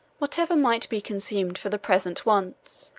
whatever might be consumed for the present wants,